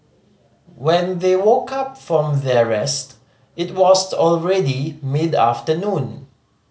when they woke up from their rest it was already mid afternoon